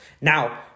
Now